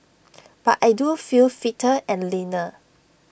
but I do feel fitter and leaner